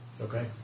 Okay